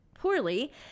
Poorly